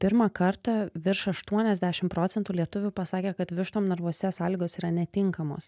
pirmą kartą virš aštuoniasdešim procentų lietuvių pasakė kad vištom narvuose sąlygos yra netinkamos